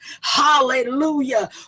Hallelujah